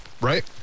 right